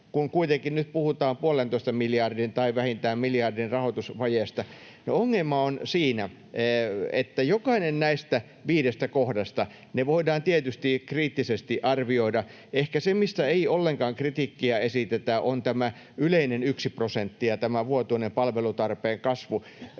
kun kuitenkin nyt puhutaan puolentoista miljardin tai vähintään miljardin rahoitusvajeesta? Ongelma on siinä, että jokainen näistä viidestä kohdasta... Ne voidaan tietysti kriittisesti arvioida. Ehkä se, mistä ei ollenkaan kritiikkiä esitetä, on tämä yleinen yhden prosentin vuotuinen palvelutarpeen kasvu.